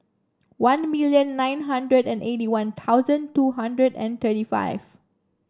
one million nine hundred and eighty One Thousand two hundred and thirty five